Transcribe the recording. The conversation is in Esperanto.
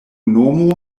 nomo